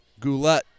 Goulette